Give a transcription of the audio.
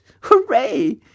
Hooray